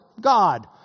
God